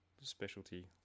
specialty